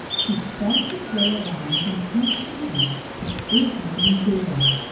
he felt his way around until he reached the big wooden door.